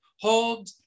Hold